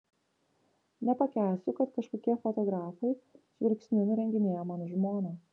nepakęsiu kai kažkokie fotografai žvilgsniu nurenginėja mano žmoną